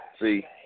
See